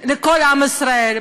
כל עם ישראל,